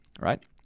Right